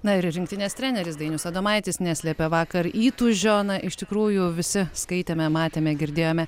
na ir rinktinės treneris dainius adomaitis neslėpė vakar įtūžio na iš tikrųjų visi skaitėme matėme girdėjome